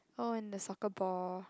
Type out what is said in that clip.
oh and the soccer ball